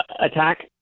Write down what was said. attack